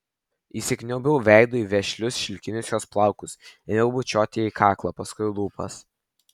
įsikniaubiau veidu į vešlius šilkinius jos plaukus ėmiau bučiuoti jai kaklą paskui lūpas